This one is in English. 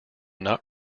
not